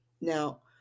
Now